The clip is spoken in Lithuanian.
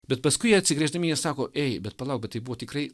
bet paskui jie atsigręždami jie sako ei bet palauk bet tai buvo tikrai